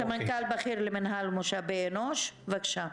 סמנכ"ל בכיר למינהל משאבי אנוש, בבקשה.